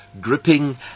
gripping